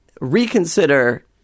reconsider